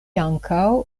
ankaŭ